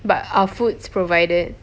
but are foods provided